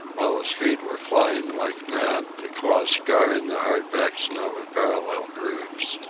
while his feet were flying like mad, the claws scarring the hard-packed snow in parallel grooves.